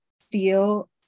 feel